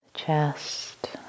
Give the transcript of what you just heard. chest